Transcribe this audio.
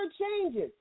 changes